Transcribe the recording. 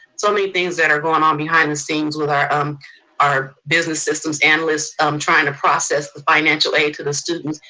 so many things that are going on behind the scenes with our um our business systems, analysts, um trying to process the financial aid to the students.